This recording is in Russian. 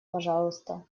пожалуйста